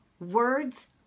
Words